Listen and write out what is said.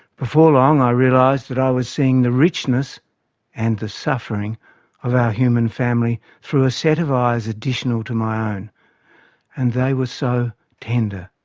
before long i realised that i was seeing the richness and the suffering of our human family through a set of eyes additional to my own and they were so tender.